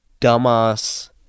dumbass